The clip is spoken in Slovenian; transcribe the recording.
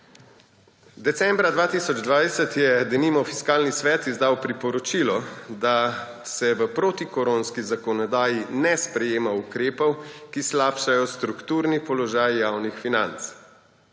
Decembra 2020 je denimo Fiskalni svet izdal priporočilo, da se v protikoronski zakonodaji ne sprejemajo ukrepi, ki slabšajo strukturni položaj javnih financ.